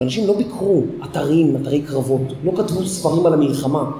אנשים לא ביקרו אתרים, אתרי קרבות, לא כתבו ספרים על המלחמה